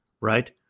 right